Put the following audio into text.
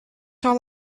all